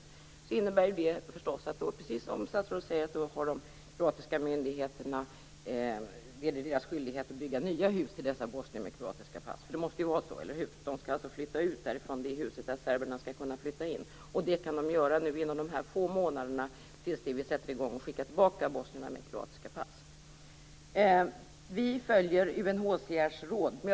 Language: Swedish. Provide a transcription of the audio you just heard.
I så fall innebär detta förstås att det är de kroatiska myndigheternas skyldighet att bygga nya hus till bosnierna med kroatiska pass. Det måste väl vara så, eller hur? De skall alltså flytta ut från det hus där serberna skall kunna flytta in. Det kan de göra inom de få månader som återstår innan Sverige sätter i gång att skicka tillbaka bosnierna med kroatiska pass. Sverige följer UNHCR:s råd, säger statsrådet.